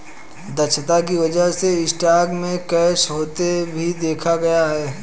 दक्षता की वजह से स्टॉक में क्रैश होते भी देखा गया है